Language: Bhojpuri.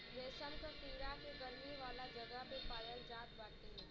रेशम के कीड़ा के गरमी वाला जगह पे पालाल जात बाटे